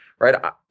Right